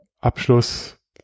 Abschluss